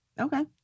okay